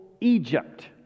Egypt